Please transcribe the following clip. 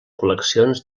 col·leccions